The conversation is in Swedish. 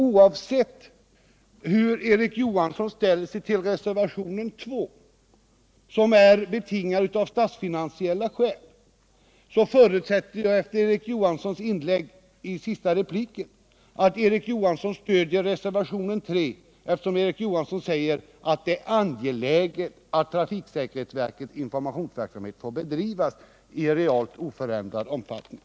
Oavsett hur Erik Johansson ställer sig till reservationen 2, som är betingad av statsfinansiella skäl, så förutsätter jag — efter hans senaste replik — att Erik Johansson stöder reservationen 3, eftersom han säger att det är angeläget att trafiksäkerhetsverkets informationsverksamhet får bedrivas i realt oförändrad omfattning.